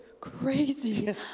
crazy